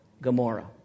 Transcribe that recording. Gomorrah